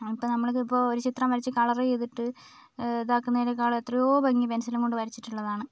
ഇപ്പോൾ നമ്മളിതിപ്പോൾ ഒരു ചിത്രം വരച്ച് കളർ ചെയ്തിട്ട് ഇതാകുന്നെനെക്കാളും എത്രയോ ഭംഗി പെൻസിൽ കൊണ്ട് വരച്ചിട്ടുള്ളതാണ്